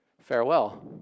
farewell